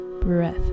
breath